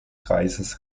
kreises